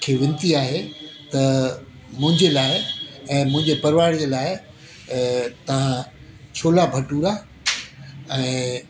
खे वेनिती आहे त मुंहिंजे लाइ ऐं मुंहिंजे परिवार जे लाइ ऐं तव्हां छोला भठूरा ऐं